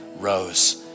rose